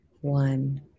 one